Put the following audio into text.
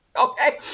okay